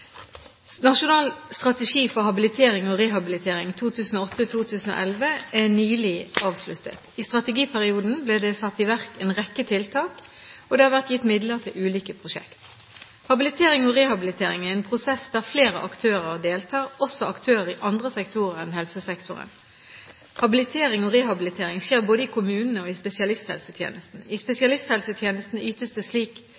Nasjonal strategi for habilitering og rehabilitering 2008–2011 er nylig avsluttet. I strategiperioden ble det satt i verk en rekke tiltak, og det har vært gitt midler til ulike prosjekter. Habilitering og rehabilitering er en prosess der flere aktører deltar, også aktører i andre sektorer enn helsesektoren. Habilitering og rehabilitering skjer både i kommunene og spesialisthelsetjenesten. I spesialisthelsetjenesten ytes det slike tjenester i